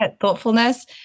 Thoughtfulness